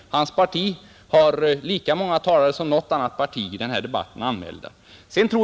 Han sitter själv i glashus. Hans parti har lika många anmälda talare i den här debatten som något annat parti.